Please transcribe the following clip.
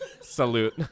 Salute